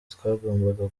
twagombaga